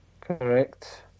Correct